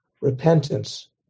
repentance